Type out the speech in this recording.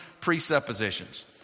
presuppositions